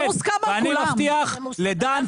ואני מבטיח לדן,